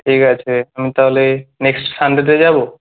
ঠিক আছে আমি তাহলে নেক্স্ট সানডেতে যাবো